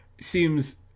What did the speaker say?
seems